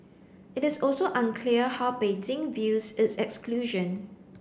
it is also unclear how Beijing views its exclusion